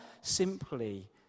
simply